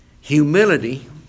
humility